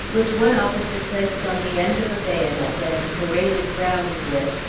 which one officer placed on the end of a bayonet, and paraded round with,